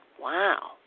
wow